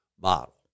model